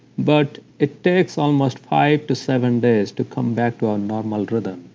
but it takes almost five to seven days to come back to our normal rhythm.